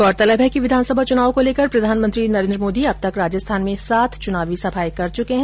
गौरतलब है कि विधानसभा चुनावों को लेकर प्रधानमंत्री नरेन्द्र मोदी अब तक राजस्थान में सात चुनावी सभाएं कर चुके है